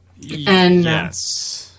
Yes